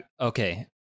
okay